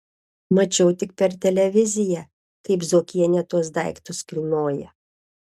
mačiau tik per televiziją kaip zuokienė tuos daiktus kilnoja